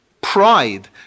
pride